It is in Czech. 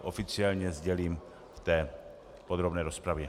Oficiálně to sdělím v podrobné rozpravě.